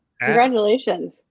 Congratulations